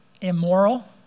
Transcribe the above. immoral